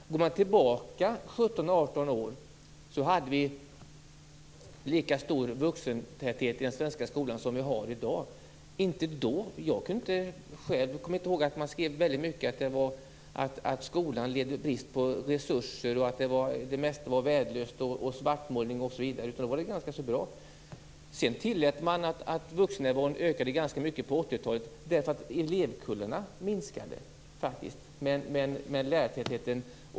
Om man går tillbaka 17-18 år hade vi lika stor vuxentäthet i den svenska skolan som vi har i dag. Jag kommer inte ihåg att man svartmålade så väldigt mycket då och skrev om att skolan led brist på resurser och att det mesta var värdelöst. Då var det ganska bra. Sedan tillät man att andelen vuxna ökade ganska mycket på 80-talet därför att elevkullarna minskade. Då ökade lärartätheten.